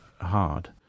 hard